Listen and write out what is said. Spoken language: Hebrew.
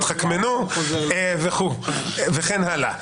התחכמנו וכן הלאה.